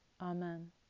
Amen